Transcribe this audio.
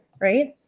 right